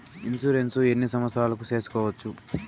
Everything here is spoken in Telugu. ఇన్సూరెన్సు ఎన్ని సంవత్సరాలకు సేసుకోవచ్చు?